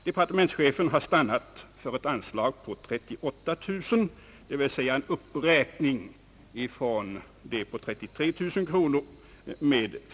Departementschefen har stannat för ett anslag på 38 000 kronor, d.v.s. en uppräkning med 5 000 kronor från 33 000 kronor. Bl.